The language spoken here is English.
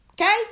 Okay